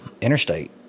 interstate